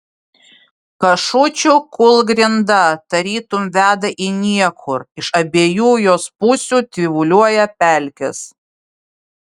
kašučių kūlgrinda tarytum veda į niekur iš abiejų jos pusių tyvuliuoja pelkės